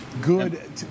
good